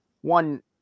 one